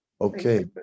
Okay